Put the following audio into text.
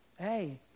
Hey